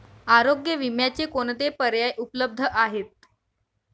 आरोग्य विम्याचे कोणते पर्याय उपलब्ध आहेत?